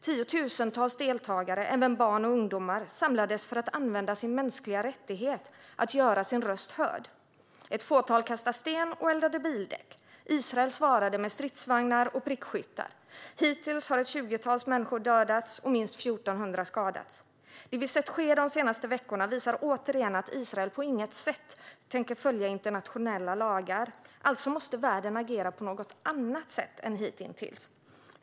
Tiotusentals deltagare, även barn och ungdomar, samlades för att använda sin mänskliga rättighet: att göra sin röst hörd. Ett fåtal kastade sten och eldade bildäck. Israel svarade med stridsvagnar och prickskyttar. Hittills har ett tjugotal människor dödats och minst 1 400 skadats. Det som har skett de senaste veckorna visar återigen att Israel på inget sätt tänker följa internationella lagar. Alltså måste världen agera på något annat sätt än man har gjort hittills.